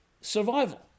survival